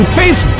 face